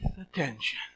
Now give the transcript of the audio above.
attention